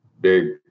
big